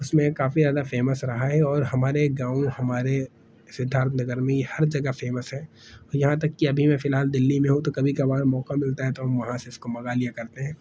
اس میں کافی زیادہ فیمس رہا ہے اور ہمارے گاؤں میں ہمارے سدھارتھ نگر میں یہ ہر جگہ فیمس ہے اور یہاں تک کہ ابھی میں فی الحال دلّی میں ہوں تو کبھی کبھار موقع ملتا ہے تو ہم وہاں سے اس کو منگا لیا کرتے ہیں